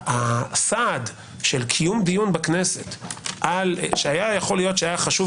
הסעד של קיום דיון בכנסת שהיה יכול להיות שהיה חשוב